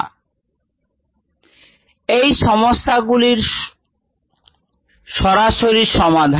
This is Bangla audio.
1ln xx0t 105ln 2x0x0t 105ln 2t 105 0693t139 hours এটি সমস্যাগুলির সরাসরি সমাধান